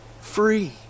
Free